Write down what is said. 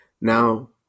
Now